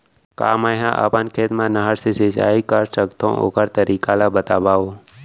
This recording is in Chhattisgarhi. का मै ह अपन खेत मा नहर से सिंचाई कर सकथो, ओखर तरीका ला बतावव?